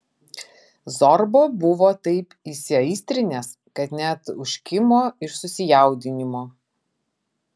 zorba buvo taip įsiaistrinęs kad net užkimo iš susijaudinimo